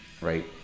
right